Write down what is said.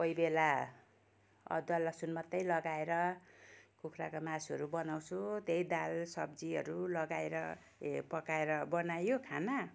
कोही बेला अदुवा लसुन मात्रै लगाएर कुखुराको मासुहरू बनाउँछु त्यही दाल सब्जीहरू लगाएर ए पकाएर बनायो खाना